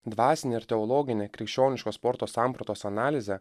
dvasinė ir teologinė krikščioniško sporto sampratos analizė